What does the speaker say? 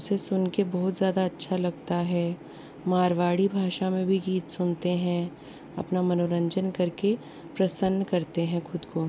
उसे सुन कर बहुत ज़्यादा अच्छा लगता है मारवाड़ी भाषा में भी गीत सुनते हैं अपना मनोरंजन कर के प्रसन्न करते हैं ख़ुद को